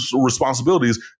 responsibilities